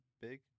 big